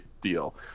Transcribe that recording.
deal